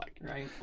Right